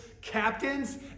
captains